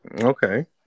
Okay